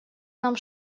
нам